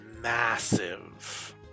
massive